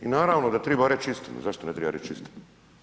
I naravno da triba reći istinu, zašto ne treba reći istinu.